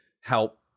help